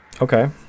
Okay